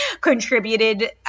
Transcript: contributed